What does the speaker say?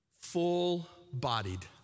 Full-bodied